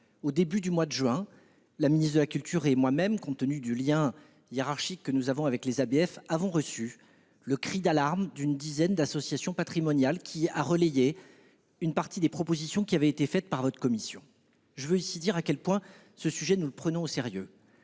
au début du mois de juin, la ministre de la culture et moi-même, compte tenu du lien hiérarchique que nous avons avec les ABF, avons entendu le cri d'alarme d'une dizaine d'associations patrimoniales qui ont relayé une partie des propositions formulées par votre commission. Je souligne ici à quel point nous prenons ce sujet au sérieux.